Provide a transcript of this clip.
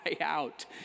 out